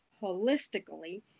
holistically